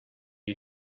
you